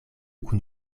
kun